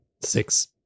six